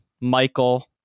Michael